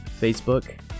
Facebook